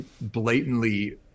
blatantly